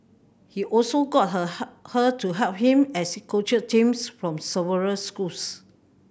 he also got her her her to help him as he coached teams from several schools